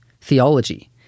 theology